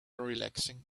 relaxing